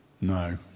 No